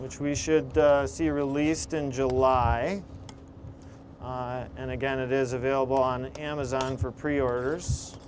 which we should see released in july and again it is available on amazon for preorders